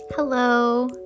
Hello